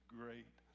great